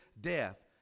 death